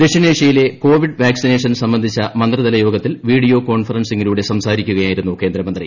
ദക്ഷിണേഷ്യയിലെ covid vaccination സംബന്ധിച്ചു മന്ത്രിതല യോഗത്തിൽ വീഡിയോ കോൺഫറൻസിംഗിലൂടെ സംസാരിക്കുകയായിരുന്നു കേന്ദ്രമന്ത്രി